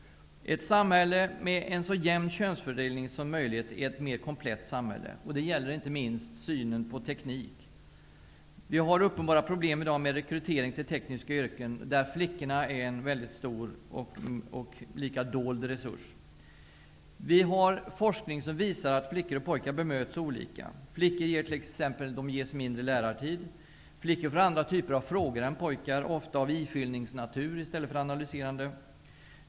Ett samhälle med en så jämn könsfördelning som möjligt är ett mer komplett samhälle. Det gäller inte minst synen på teknik. Vi har i dag uppenbara problem med rekryteringen till tekniska yrken, där flickorna är en väldigt stor och lika dold resurs. Det finns forskning som visar att flickor och pojkar bemöts olika. Flickor ges t.ex. mindre lärartid. Flickor får andra typer av frågor än pojkar, ofta av ifyllningsnatur i stället för analyserande.